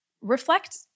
reflect